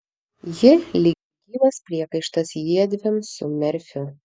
ji lyg gyvas priekaištas jiedviem su merfiu